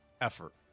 effort